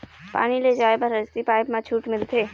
पानी ले जाय बर हसती पाइप मा छूट मिलथे?